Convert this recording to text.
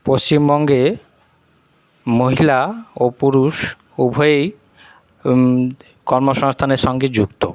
পশ্চিমবঙ্গে মহিলা ও পুরুষ উভয়েই কর্মসংস্থানের সঙ্গে যুক্ত